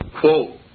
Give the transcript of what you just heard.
Quote